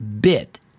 bit